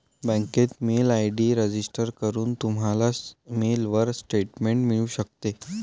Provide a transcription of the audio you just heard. बँकेत mail ID register करून, तुम्हाला मेलवर स्टेटमेंट मिळू शकते